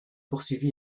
poursuivi